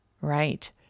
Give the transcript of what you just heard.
Right